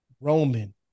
Roman